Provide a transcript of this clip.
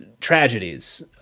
tragedies